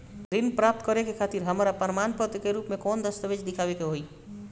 ऋण प्राप्त करे खातिर हमरा प्रमाण के रूप में कौन दस्तावेज़ दिखावे के होई?